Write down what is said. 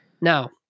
Now